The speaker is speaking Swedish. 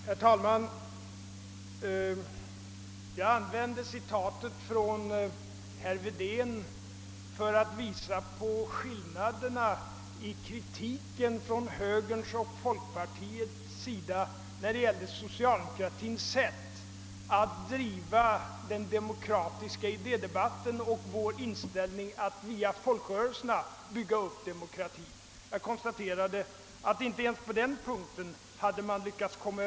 Herr talman! Jag anförde citatet från herr Wedén för att påvisa skillnaderna i kritiken från högern respektive folkpartiet mot socialdemokratins sätt att driva den demokratiska idédebatten och vår inställning att bygga upp demokratin via folkrörelserna. Jag konstaterade att man inte ens på denna punkt hade lyckats bli ense.